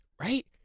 right